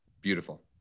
Beautiful